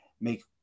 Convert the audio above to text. make